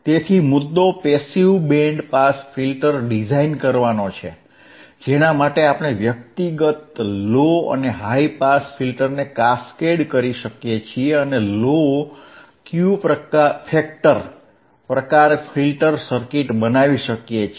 તેથી મુદ્દો passive band pass filter design કરવાનો છે જેના માટે આપણે વ્યક્તિગત લો અને હાઇ પાસ ફિલ્ટર્સને કાસ્કેડ કરી શકીએ છીએ અને લો Q ફેક્ટર પ્રકાર ફિલ્ટર સર્કિટ બનાવી શકીએ છીએ